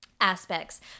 aspects